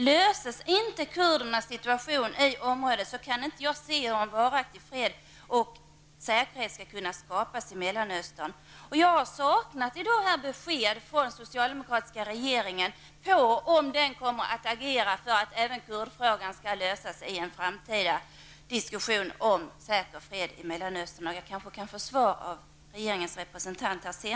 Löses inte frågan om kurdernas situation i området, kan jag inte se några möjligheter till en varaktig fred eller hur säkerhet skall kunna skapas i Mellanöstern. Jag saknar i dag besked från den socialdemokratiska regeringen om huruvida denna kommer att agera för att även kurdfrågan skall lösas i en framtida diskussion om en säker fred i Mellanöstern. Kanske kan jag här senare få ett svar av regeringens representant.